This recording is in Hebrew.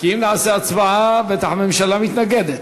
כי אם נעשה הצבעה, בטח הממשלה מתנגדת.